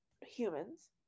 humans